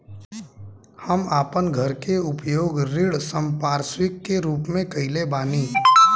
हम आपन घर के उपयोग ऋण संपार्श्विक के रूप में कइले बानी